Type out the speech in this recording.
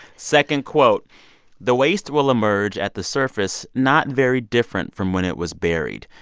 second quote the waste will emerge at the surface not very different from when it was buried.